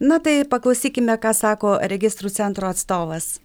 na tai paklausykime ką sako registrų centro atstovas